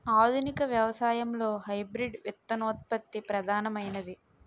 ఆధునిక వ్యవసాయంలో హైబ్రిడ్ విత్తనోత్పత్తి ప్రధానమైనది